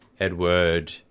Edward